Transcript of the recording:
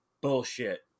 Bullshit